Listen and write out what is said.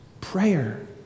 Prayer